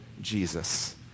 Jesus